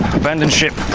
abandon ship.